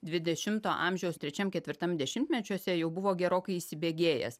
dvidešimto amžiaus trečiam ketvirtam dešimtmečiuose jau buvo gerokai įsibėgėjęs